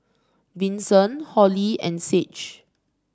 Vinson Holli and Sage